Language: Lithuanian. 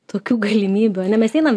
tokių galimybių ane mes neinam